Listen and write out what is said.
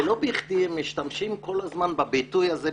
ולא בכדי הם משתמשים כל הזמן בביטוי הזה,